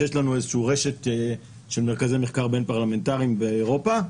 שיש לנו איזו שהיא רשת של מרכזי מחקר בין-פרלמנטריים באירופה.